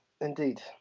indeed